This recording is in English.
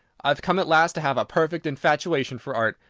i have come at last to have a perfect infatuation for art.